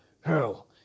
Hell